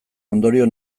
ondorio